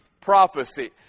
prophecy